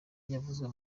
yavuzwe